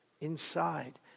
inside